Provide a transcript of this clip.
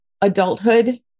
adulthood